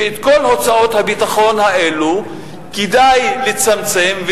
שאת כל הוצאות הביטחון האלו כדאי לצמצם,